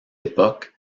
époque